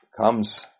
Comes